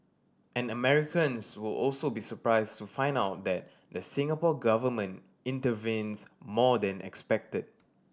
and Americans will also be surprised to find out that the Singapore Government intervenes more than expected